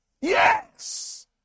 Yes